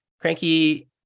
cranky